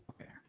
Okay